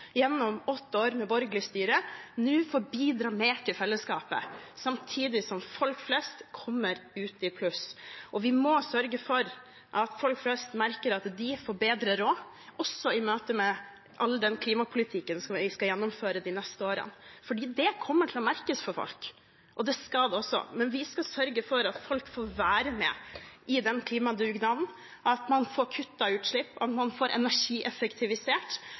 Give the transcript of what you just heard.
gjennom åtte år med borgerlig styre, nå får bidra mer til fellesskapet, samtidig som folk flest kommer ut i pluss. Vi må sørge for at folk flest merker at de får bedre råd, også i møte med all den klimapolitikken vi skal gjennomføre de neste årene. Det kommer til å merkes for folk, og det skal det også, men vi skal sørge for at folk får være med i den klimadugnaden. Vi skal sørge for at man får kuttet utslipp, at man får energieffektivisert,